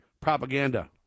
propaganda